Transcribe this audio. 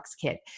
kit